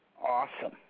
Awesome